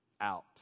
out